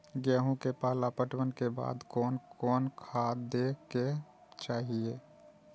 गेहूं के पहला पटवन के बाद कोन कौन खाद दे के चाहिए?